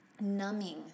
Numbing